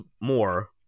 more